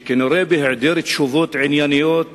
וכנראה בהעדר תשובות ענייניות